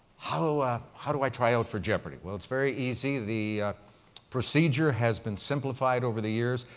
how ah how do i try out for jeopardy? well, it's very easy. the procedure has been simplified over the years.